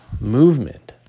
movement